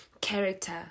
character